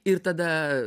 ir tada